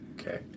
Okay